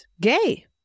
gay